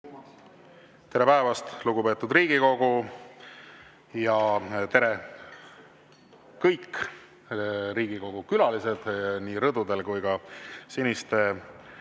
Tere päevast, lugupeetud Riigikogu! Tere, kõik Riigikogu külalised nii rõdudel kui ka siniste